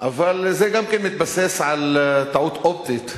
זה גם כן מתבסס על טעות אופטית,